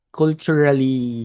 culturally